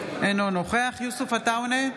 אינו נוכח יוסף עטאונה,